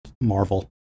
marvel